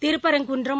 Thiruparankundram